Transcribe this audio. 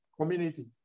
community